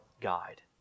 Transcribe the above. guide